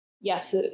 yes